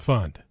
Fund